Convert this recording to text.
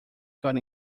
got